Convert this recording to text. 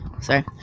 sorry